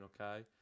okay